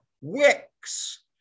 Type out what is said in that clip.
wicks